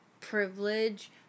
privilege